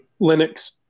Linux